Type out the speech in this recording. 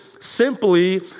simply